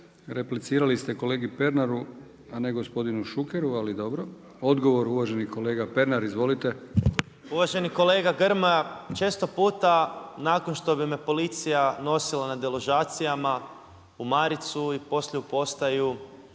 Replicirali ste kolegi Pernaru, a ne gospodinu Šukeru, ali dobro. Odgovor uvaženi kolega Pernar. Izvolite. **Pernar, Ivan (Živi zid)** Uvaženi kolega Grmoja često puta nakon što bi me policija nosila na deložacijama u maricu i poslije u postaju